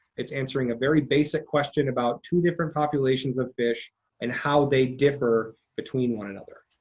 it's answering a very basic question about two different populations of fish and how they differ between one another.